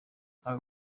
ako